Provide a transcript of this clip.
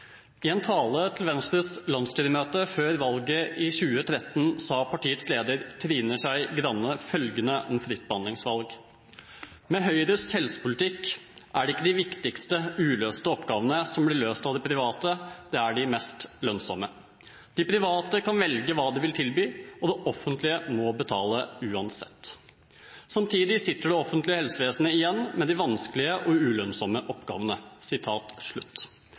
I en tale til Venstres landsstyremøte før valget i 2013 sa partiets leder, Trine Skei Grande, følgende om fritt behandlingsvalg: «Med Høyres helsepolitikk er det ikke de viktigste, uløste oppgavene som blir løst av de private, det er de mest lønnsomme. De private kan velge hva de vil tilby, og det offentlige må betale uansett. Samtidig sitter det offentlige helsevesenet igjen med de vanskelige og ulønnsomme oppgavene.»